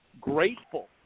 grateful